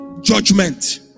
Judgment